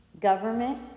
government